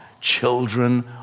children